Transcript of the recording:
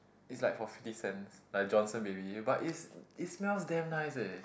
is like for fifty cents like Johnson Baby but is it smells damn nice eh